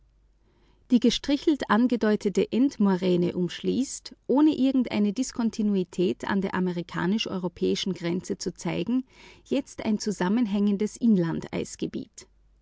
die gestrichelt angedeutete endmoräne umschließt ohne irgendeine diskontinuität an der amerikanisch europäischen grenze zu zeigen jetzt ein zusammenhängendes